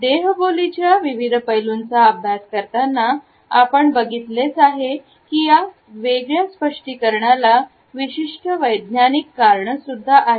देह बोलींच्या विविध पैलूंचा अभ्यास करताना आपण बघितलेच आहे की की या वेगळ्या स्पष्टीकरणला विशिष्ट वैज्ञानिक कारण सुद्धा आहे